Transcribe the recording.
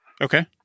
Okay